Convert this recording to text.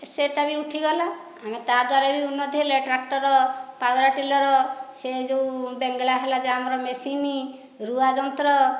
ସେହିଟା ବି ଉଠିଗଲା ଆମେ ତା ଦ୍ଵାରା ବି ଉନ୍ନତି ହେଲା ଟ୍ରାକ୍ଟର ପାୱର ଟିଲର ସେ ଯେଉଁ ବେଙ୍ଗଳା ହେଲାଯେ ମେସିନ୍ ରୁଆ ଯନ୍ତ୍ର